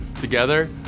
together